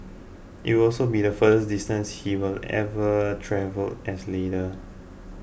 it would also be the furthest distance he will have ever travelled as leader